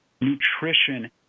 nutrition